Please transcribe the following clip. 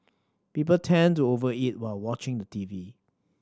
people tend to over eat while watching the T V